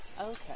Okay